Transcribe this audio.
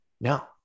No